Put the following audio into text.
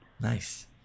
nice